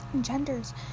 genders